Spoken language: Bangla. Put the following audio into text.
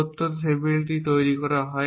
সত্য টেবিলটি তৈরি করা হয়